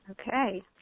Okay